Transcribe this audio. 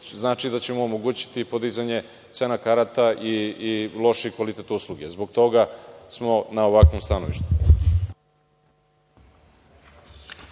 znači da će omogućiti podizanje cena karata i lošiji kvalitet usluga. Zbog toga smo na ovakvom stanovištu.